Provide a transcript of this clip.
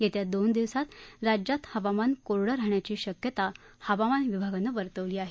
येत्या दोन दिवसात राज्यात हवामान कोरडं राहण्याची शक्यता हवामान विभागानं वर्तवली आहे